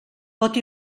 pot